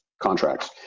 contracts